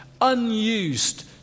unused